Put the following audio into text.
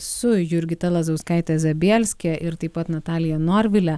su jurgita lazauskaite zabielske ir taip pat natalija norvile